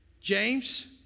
James